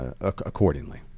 accordingly